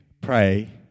pray